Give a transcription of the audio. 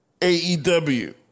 AEW